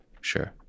Sure